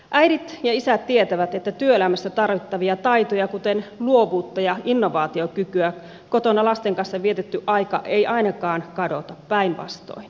äidit ja isät tietävät että työelämässä tarvittavia taitoja kuten luovuutta ja innovaatiokykyä kotona lasten kanssa vietetty aika ei ainakaan kadota päinvastoin